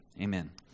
Amen